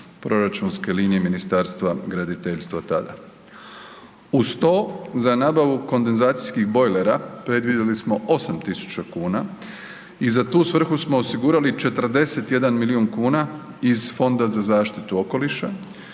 proračunske linije Ministarstva graditeljstva tada. Uz to za nabavu kondenzacijskih bojlera predvidjeli smo 8.000 kuna i za tu svrhu smo osigurali 41 milion kuna iz Fonda za zaštitu okoliša